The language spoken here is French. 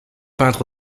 peintres